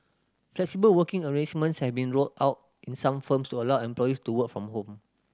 flexible working arrangements have been rolled out in some firms to allow employees to work from home